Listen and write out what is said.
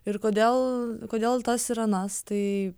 ir kodėl kodėl tas ir anas tai